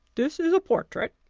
this is a portrait,